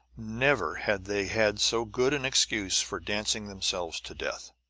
never had they had so good an excuse for dancing themselves to death!